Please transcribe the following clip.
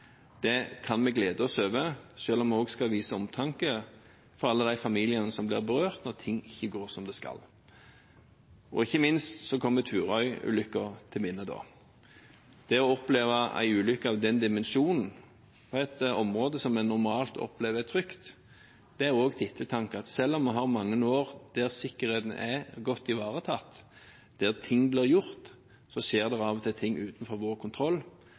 Det kan vi glede oss over, selv om vi også skal vise omtanke for alle de familiene som blir berørt når ting ikke går som det skal. Ikke minst har vi Turøy-ulykken i minnet. Det å oppleve en ulykke av den dimensjonen, på et område vi normalt opplever som trygt, er også til ettertanke – selv om sikkerheten i mange år har vært godt ivaretatt og ting blir gjort, skjer det av og til ting utenfor vår kontroll.